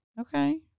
Okay